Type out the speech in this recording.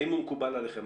האם הוא מקובל עליכם?